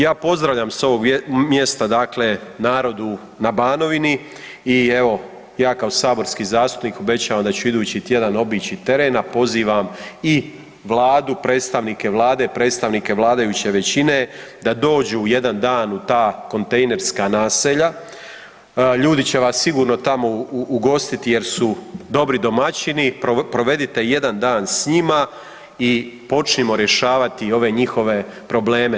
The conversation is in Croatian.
Ja pozdravljam s ovog mjesta narod na Banovini i evo ja kao saborski zastupnik obećajem da ću idući tjedan obići teren, a pozivam i Vladu, predstavnike Vlade, predstavnike vladajuće većine da dođu jedan dan u ta kontejnerska naselja, ljudi će vas sigurno tamo ugostiti jer su dobri domaćini, provedite jedan dan s njima i počnimo rješavati ove njihove probleme.